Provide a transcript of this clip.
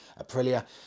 Aprilia